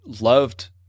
loved